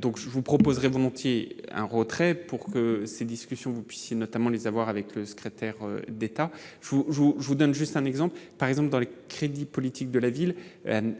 Donc je vous proposerais volontiers un retrait pour que ces discussions puissent notamment les avoir avec le secrétaire d'État, je vous donne juste un exemple, par exemple dans le crédit politique de la ville,